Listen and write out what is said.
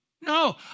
No